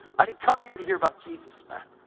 i didn't come here to hear about jesus, man!